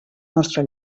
nostre